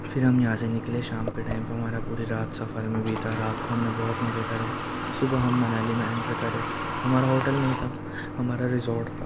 پھر ہم یہاں سے نکلے شام کے ٹائم پہ ہمارا پوری رات سفر میں بیتا رات کو ہم نے بہت مزے کرے صبح ہم منالی میں اینٹر کرے ہمارا ہوٹل نہیں تھا ہمارا ریزارٹ تھا